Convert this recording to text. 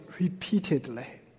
repeatedly